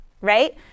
right